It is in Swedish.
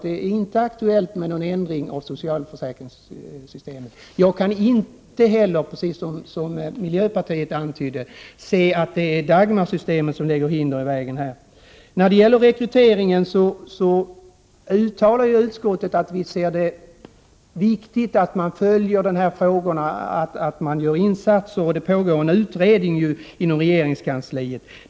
Det är inte aktuellt med någon ändring av socialförsäkringssystemet. Jag kan inte heller, precis som miljöpartiet antydde, se att det är Dagmarsystemet som lägger hinder i vägen här. Utskottet uttalar att vi anser det viktigt att följa frågorna om rekrytering och att insatser görs. Det pågår en utredning inom regeringskansliet.